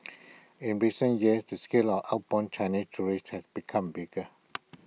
in recent years the scale of outbound Chinese tourists has become bigger